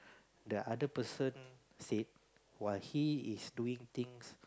the other person said while he is doing things